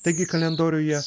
taigi kalendoriuje